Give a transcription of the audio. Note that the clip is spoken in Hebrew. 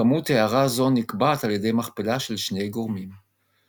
כמות הארה זו נקבעת על ידי מכפלה של שני גורמים ספקטרום